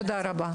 תודה רבה.